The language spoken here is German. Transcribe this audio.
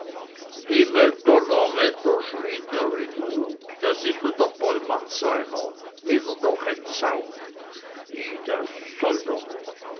dörr in wut das is wieder bollmann seiner wieder durch den zaun i da soll doch